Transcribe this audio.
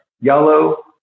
yellow